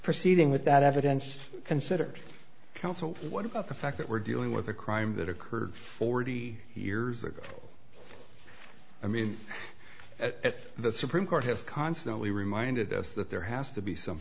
proceeding with that evidence consider counsel what about the fact that we're dealing with a crime that occurred forty years ago i mean the supreme court has constantly reminded us that there has to be some